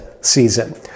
season